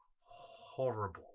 horrible